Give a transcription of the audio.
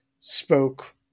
spoke